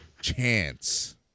Chance